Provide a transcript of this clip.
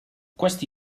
questi